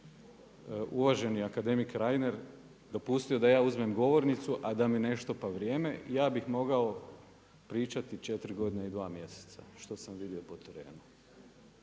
uvaženi akademik Reiner dopustio da ja uzmem govornicu, ada mi ne štopa vrijeme, ja bih mogao pričati 4 godine i 2 mjeseca što sam vidio po terenu.